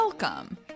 Welcome